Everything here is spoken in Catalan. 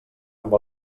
amb